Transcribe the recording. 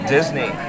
Disney